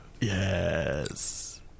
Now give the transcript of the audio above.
Yes